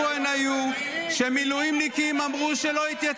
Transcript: הם לא היו במדים, הם היו אזרחים.